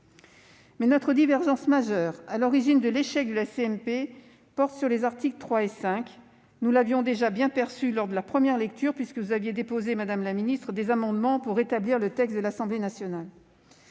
2020. Notre divergence majeure, à l'origine de l'échec de la CMP, porte sur les articles 3 et 5. Nous l'avions déjà bien perçu lors de la première lecture, madame la ministre, puisque vous aviez déposé des amendements pour rétablir le texte de l'Assemblée nationale.